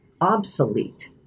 obsolete